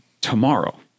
Tomorrow